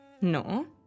No